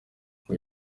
ngo